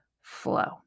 flow